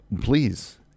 please